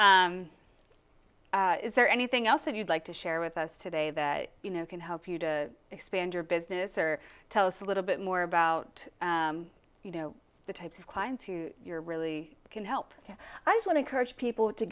so is there anything else that you'd like to share with us today that you know can help you to expand your business or tell us a little bit more about you know the types of clients who you're really can help i want to encourage people to